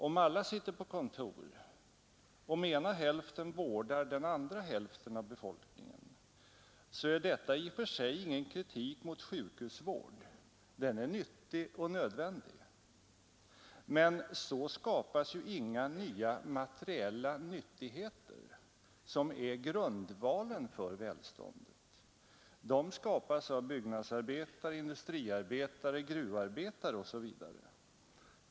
Om alla sitter på kontor, om ena hälften av befolkningen vårdar den andra hälften, är detta i och för sig ingen kritik mot sjukvården — den är nyttig och nödvändig. Men så skapas ju inga nya materiella nyttigheter som är grundvalen för välståndet. De skapas av byggnadsarbetare, industriarbetare, gruvarbetare osv.